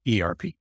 ERP